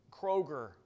Kroger